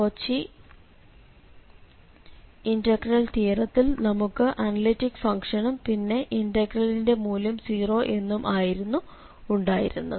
Cauchy integral തിയറത്തിൽ നമുക്ക് analytic ഫംഗ്ഷനും പിന്നെ ഇന്റാഗലിന്റെ മൂല്യം 0 എന്നും ആയിരുന്നു ഉണ്ടായിരുന്നത്